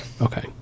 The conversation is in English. Okay